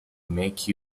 make